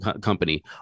company